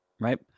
Right